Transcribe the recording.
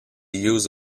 use